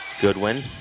Goodwin